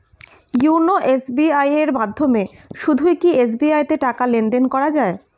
YONO SBI এর মাধ্যমে শুধুই কি এস.বি.আই তে টাকা লেনদেন করা যায়?